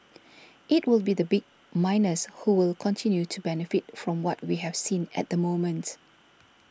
it will be the big miners who will continue to benefit from what we have seen at the moment